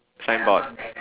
signboard